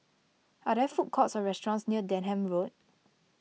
are there food courts or restaurants near Denham Road